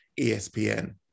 ESPN